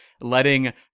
letting